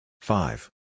five